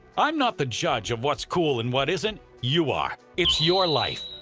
i'm not the judge of what's cool and what isn't you are. it's your life.